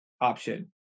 option